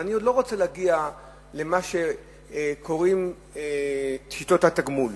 אבל אני עוד לא רוצה להגיע למה שקוראים "שיטות התגמול",